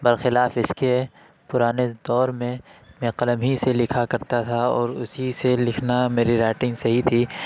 برخلاف اس کے پرانے دور میں میں قلم ہی سے لکھا کرتا تھا اور اسی سے لکھنا میری رائٹنگ صحیح تھی